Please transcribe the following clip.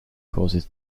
causes